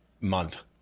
month